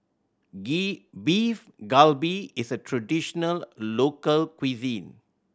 Beef Galbi is a traditional local cuisine